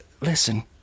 Listen